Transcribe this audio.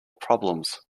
problems